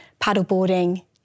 paddleboarding